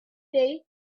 day